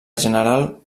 general